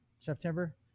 september